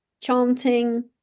chanting